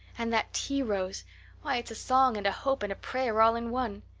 and that tea rose why, it's a song and a hope and a prayer all in one.